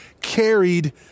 Carried